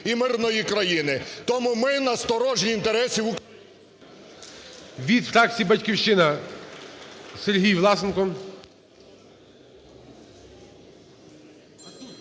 Від фракції "Батьківщина" Сергій Власенко.